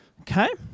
Okay